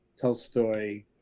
Tolstoy